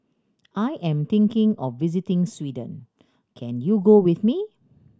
I am thinking of visiting Sweden can you go with me